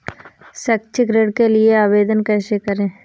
शैक्षिक ऋण के लिए आवेदन कैसे करें?